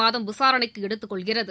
மாதம் விசாரணைக்கு எடுத்துக் கொள்கிறது